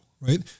right